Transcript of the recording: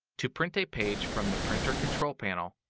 to print a page from the printer control panel,